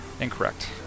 Incorrect